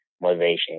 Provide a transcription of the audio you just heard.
motivation